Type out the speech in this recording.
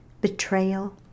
betrayal